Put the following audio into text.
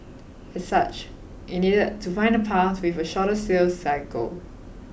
as such it needed to find a path with a shorter sales cycle